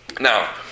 Now